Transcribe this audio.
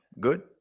Good